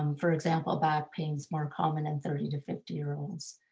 um for example, back pain is more common in thirty to fifty year olds.